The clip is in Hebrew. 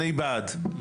אני בעד.